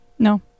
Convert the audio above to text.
No